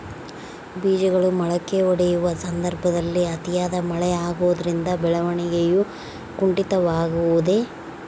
ಬೇಜಗಳು ಮೊಳಕೆಯೊಡೆಯುವ ಸಂದರ್ಭದಲ್ಲಿ ಅತಿಯಾದ ಮಳೆ ಆಗುವುದರಿಂದ ಬೆಳವಣಿಗೆಯು ಕುಂಠಿತವಾಗುವುದೆ?